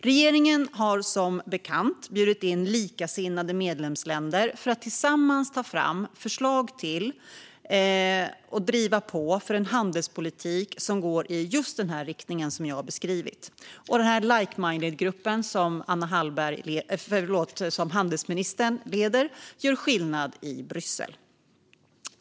Regeringen har som bekant bjudit in likasinnade medlemsländer för att tillsammans ta fram förslag till och driva på för en handelspolitik som går i just den riktning som jag har beskrivit. Den här like minded-gruppen, som handelsministern leder, gör skillnad i Bryssel.